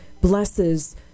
blesses